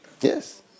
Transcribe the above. Yes